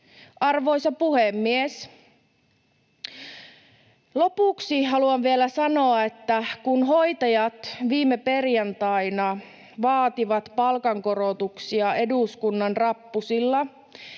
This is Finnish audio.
Arvoisa puhemies! Lopuksi haluan vielä sanoa, että kun hoitajat viime perjantaina vaativat palkankorotuksia eduskunnan rappusilla,